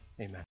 Amen